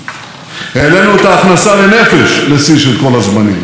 העלינו את השכר הממוצע במשק לשיא של כל הזמנים,